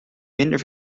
minder